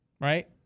right